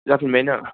जाफिनबाय ना